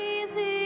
easy